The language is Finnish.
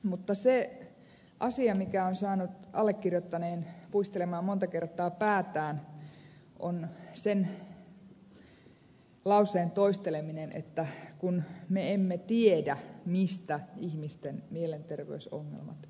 mutta se asia mikä on saanut allekirjoittaneen puistelemaan monta kertaa päätään on sen lauseen toisteleminen että kun me emme tiedä mistä ihmisten mielenterveysongelmat johtuvat